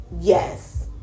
yes